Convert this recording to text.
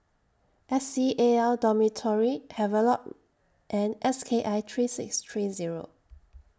S C A L Dormitory Havelock and S K I three six three Zero